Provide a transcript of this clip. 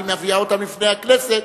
והיא מביאה אותם בפני הכנסת,